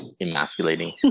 emasculating